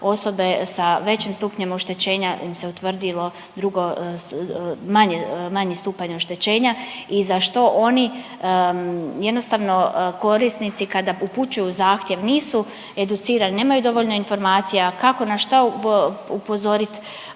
osobe sa većim stupnjem oštećenja se utvrdilo drugo, manji, manji stupanj oštećenja i za što oni jednostavno korisnici kada upućuju zahtjev nisu educirani, nemaju dovoljno informacija. Kako, na šta upozorit